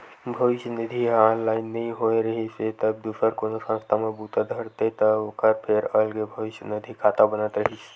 भविस्य निधि ह ऑनलाइन नइ होए रिहिस हे तब दूसर कोनो संस्था म बूता धरथे त ओखर फेर अलगे भविस्य निधि खाता बनत रिहिस हे